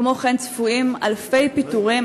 וכמו כן צפויים אלפי פיטורים.